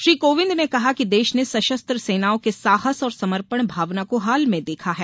श्री कोविंद ने कहा कि देश ने सशस्त्र सेनाओं के साहस और समर्पण भावना को हाल में देखा है